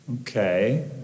okay